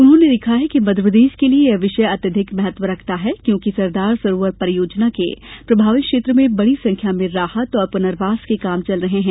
उन्होंने लिखा कि मध्यप्रदेश के लिए यह विषय अत्यधिक महत्व रखता है क्योंकि सरदार सरोवर परियोजना के प्रभावित क्षेत्र में बड़ी संख्या में राहत और पुनर्वास के काम चल रहे है